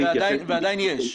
עדיין יש.